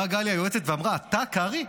באה היועצת ואמרה: אתה קרעי?